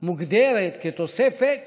מוגדרת כתוספת